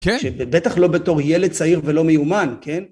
כן, שבטח לא בתור ילד צעיר ולא מיומן, כן?